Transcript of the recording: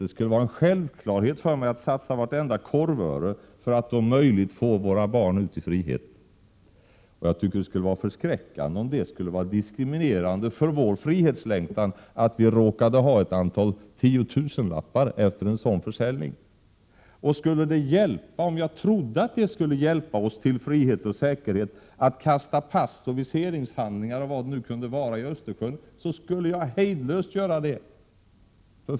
Det skulle vara en självklarhet för mig att satsa vartenda öre för att, om möjligt, föra våra barn till friheten. Det vore förskräckande om det skulle vara diskriminerande för vår frihetslängtan att vi i en sådan situation råkade ha ett antal tiotusenkronorssedlar efter en sådan försäljning. Om jag trodde att vi lättare skulle nå frihet och säkerhet om jag kastade pass och viseringshandlingar och andra dokument i Östersjön, skulle jag hejdlöst göra det.